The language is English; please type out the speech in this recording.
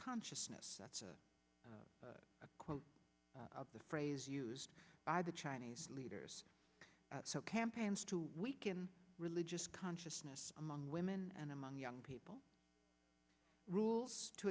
consciousness that's a quote of the phrase used by the chinese leaders so campaigns to weaken religious consciousness among women and among young people rules to